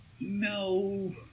No